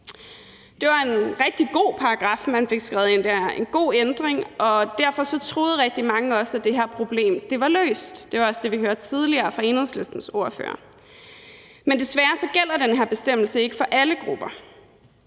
Det var en rigtig god paragraf, man fik skrevet ind der; det var en god ændring, og derfor troede rigtig mange også, at det her problem var løst. Det var også det, vi hørte tidligere fra Enhedslistens ordfører. Men desværre gælder den her bestemmelse ikke for alle grupper.